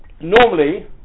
Normally